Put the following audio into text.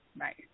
Right